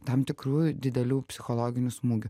tam tikrųjų didelių psichologinių smūgių